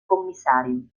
commissario